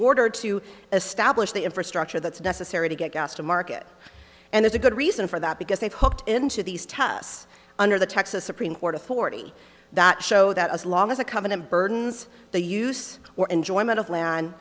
order to establish the infrastructure that's necessary to get gas to market and it's a good reason for that because they've hooked into these tests under the texas supreme court authority that show that as long as they come in and burdens they use or enjoyment of land